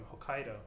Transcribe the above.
Hokkaido